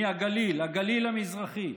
מהגליל המזרחי